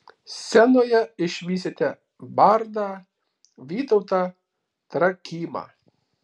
scenoje išvysite bardą vytautą trakymą